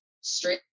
straight